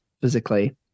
physically